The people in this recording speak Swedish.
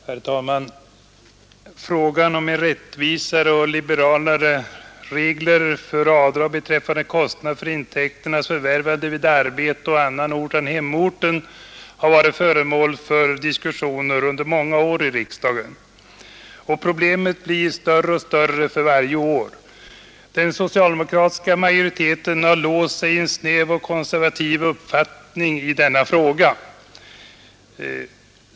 Herr talman! Frågan om rättvisare och liberalare regler för avdrag beträffande kostnader för intäkternas förvärvande vid arbete å annan ort än hemorten har i riksdagen varit föremål för diskussioner under många år, och problemet blir större och större för varje år. Den socialdemokratiska majoriteten har låst sig i en snäv och konservativ uppfattning i denna fråga.